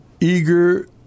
eager